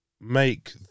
make